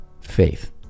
Faith